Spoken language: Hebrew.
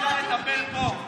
בכול אפשר לטפל פה.